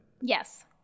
Yes